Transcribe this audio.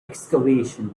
excavation